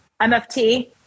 MFT